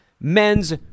men's